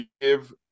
give